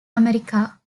america